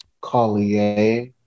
Collier